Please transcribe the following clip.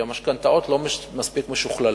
כי המשכנתאות לא מספיק משוכללות,